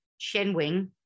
Shenwing